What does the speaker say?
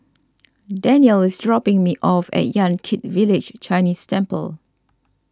Dannielle is dropping me off at Yan Kit Village Chinese Temple